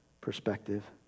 perspective